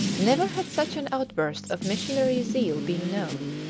never had such an outburst of missionary zeal been known,